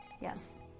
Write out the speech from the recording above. Yes